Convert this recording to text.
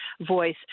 voice